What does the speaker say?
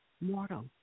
mortal